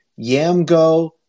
Yamgo